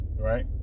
Right